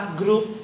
group